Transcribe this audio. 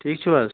ٹھیٖک چھُو حظ